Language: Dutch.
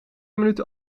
minuten